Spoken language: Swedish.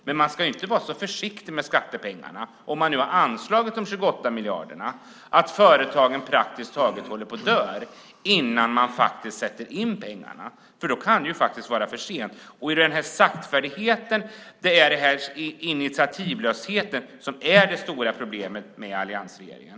Men man ska inte vara så försiktig med skattepengarna, om man nu har anslagit de 28 miljarderna, att företagen praktiskt taget håller på att dö innan man faktiskt sätter in pengarna. Då kan det faktiskt vara för sent. Det är den här saktfärdigheten och initiativlösheten som är det stora problemet med alliansregeringen.